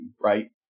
right